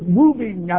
moving